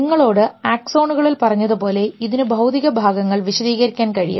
നിങ്ങളോട് അക്സോണുകളിൽ പറഞ്ഞതുപോലെ ഇതിന് ഭൌതിക ഭാഗങ്ങൾ വിശദീകരിക്കാൻ കഴിയും